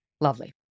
Lovely